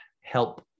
help